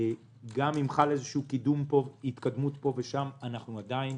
גם אם חלה התקדמות פה ושם יש עדיין